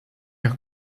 her